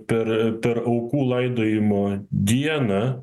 per aukų laidojimo dieną